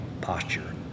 posture